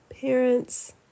parents